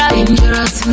Dangerous